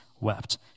wept